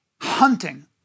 Hunting